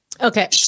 Okay